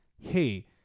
Hey